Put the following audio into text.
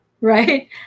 right